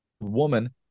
woman